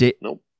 Nope